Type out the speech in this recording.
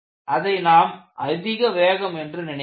அதை நாம் அதிக வேகம் என்று நினைப்போம்